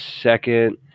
second